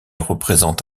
représente